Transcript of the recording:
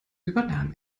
übernahm